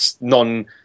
non